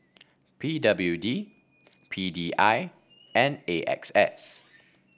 P W D P D I and A X S